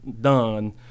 done